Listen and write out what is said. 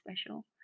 special